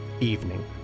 evening